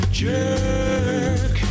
jerk